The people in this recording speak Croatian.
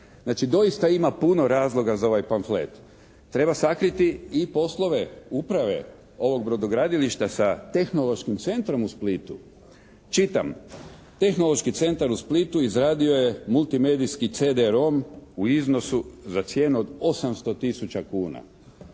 Znači doista ima puno razloga za ovaj pamflet. Treba sakriti i poslove uprave ovog brodogradilišta sa tehnološkim centrom u Splitu. Čitam: "Tehnološki centar u Splitu izradio je multimedijski cd-rom u iznosu za cijenu od 800 tisuća